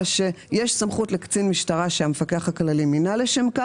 אלא שיש סמכות לקצין משטרה שהמפקח הכללי מינה לשם כך.